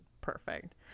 perfect